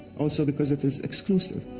also because it is exclusive.